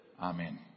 Amen